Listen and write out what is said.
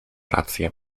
rację